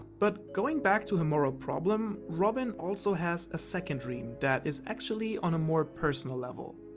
but going back to her moral problem, robin also has a second dream, that is actually on a more personal level.